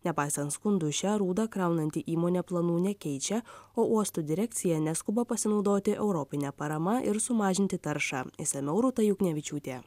nepaisant skundų šią rūdą kraunanti įmonė planų nekeičia o uosto direkcija neskuba pasinaudoti europine parama ir sumažinti taršą išsamiau rūta juknevičiūtė